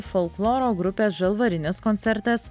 folkloro grupės žalvarinis koncertas